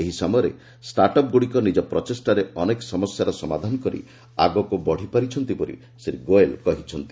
ଏହି ସମୟରେ ଷ୍ଟାର୍ଟ ଅପ୍ଗୁଡ଼ିକ ନିଜ ପ୍ରଚେଷ୍ଟାରେ ଅନେକ ସମସ୍ୟାର ସମାଧାନ କରି ଆଗକୁ ବଢ଼ିପାରିଛନ୍ତି ବୋଲି ଶ୍ରୀ ଗୋୟଲ୍ କହିଛନ୍ତି